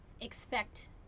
expect